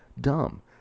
DUMB